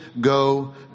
go